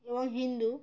ও Hindu